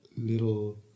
little